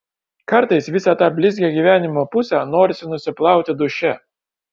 kartais visą tą blizgią gyvenimo pusę norisi nusiplauti duše